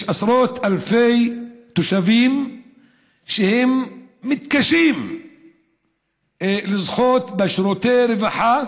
יש עשרות אלפי תושבים שמתקשים לזכות בשירותי רווחה